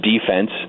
defense